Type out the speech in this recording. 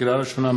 לקריאה ראשונה,